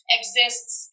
exists